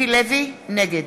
נגד